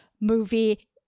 movie